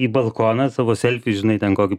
į balkoną savo selfį žinai ten kokį